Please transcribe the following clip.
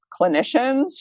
clinicians